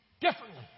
differently